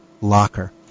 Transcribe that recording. locker